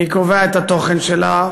מי קובע את התוכן שלה,